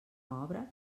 obra